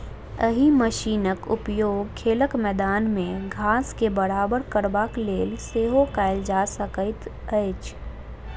एहि मशीनक उपयोग खेलक मैदान मे घास के बराबर करबाक लेल सेहो कयल जा सकैत अछि